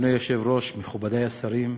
אדוני היושב-ראש, מכובדי השרים,